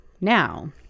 now